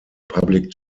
public